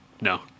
no